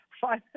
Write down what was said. five